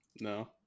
No